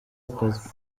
akazi